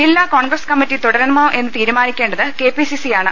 ജില്ലാ കോൺഗ്രസ് കമ്മറ്റി തുടരണ്മോ എന്ന് തീരുമാനിക്കേണ്ടത് കെപിസിസിയാണ്